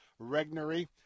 Regnery